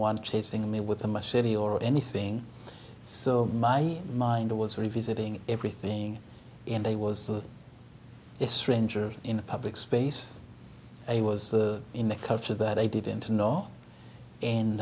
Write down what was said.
one chasing me with a machete or anything so my mind was revisiting everything and i was a stranger in a public space i was the in the culture that i didn't know and